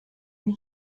and